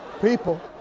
people